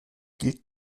gilt